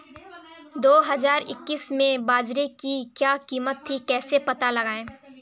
दो हज़ार इक्कीस में बाजरे की क्या कीमत थी कैसे पता लगाएँ?